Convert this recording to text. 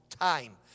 time